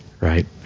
right